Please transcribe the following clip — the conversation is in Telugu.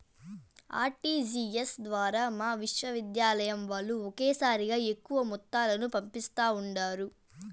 ఆర్టీజీఎస్ ద్వారా మా విశ్వవిద్యాలయం వాల్లు ఒకేసారిగా ఎక్కువ మొత్తాలను పంపిస్తా ఉండారు